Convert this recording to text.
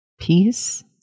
peace